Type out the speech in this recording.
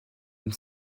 une